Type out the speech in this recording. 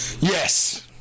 Yes